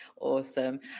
Awesome